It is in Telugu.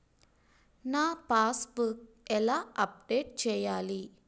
నా పాస్ బుక్ ఎలా అప్డేట్ చేయాలి?